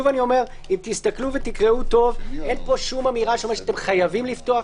אם תקראו טוב אין פה שום אמירה שחייבים לפתוח.